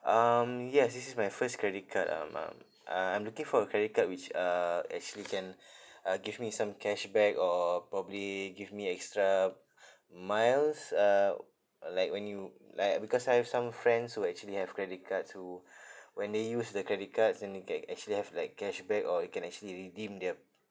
um yes this is my first credit card um um uh I'm looking for a credit card which uh actually can uh give me some cashback or probably give me extra miles uh like when you like because I have some friends who actually have credit cards who when they use the credit cards and they get actually have like cashback or it can actually redeem the